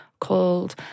Called